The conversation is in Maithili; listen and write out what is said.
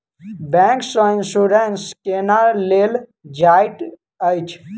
बैंक सँ इन्सुरेंस केना लेल जाइत अछि